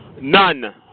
None